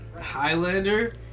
Highlander